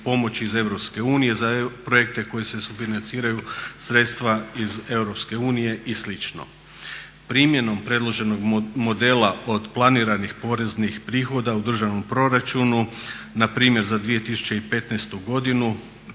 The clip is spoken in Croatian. pomoći iz EU za projekte koji se sufinanciraju sredstva iz EU i slično. Primjenom predloženog modela od planiranih poreznih prihoda u državnom proračunu na primjer za 2015. godinu